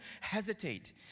hesitate